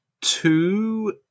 two